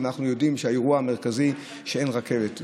אנחנו יודעים שהאירוע המרכזי הוא שאין רכבת.